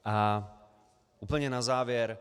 A úplně na závěr.